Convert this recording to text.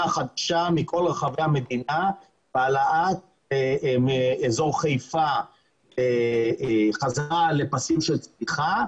החדשה מכל רחבי המדינה והעלאת אזור חיפה בחזרה לפסים של צמיחה,